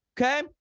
Okay